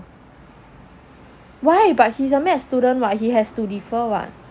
why but he's a med student [what] he has to defer [what]